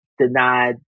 Denied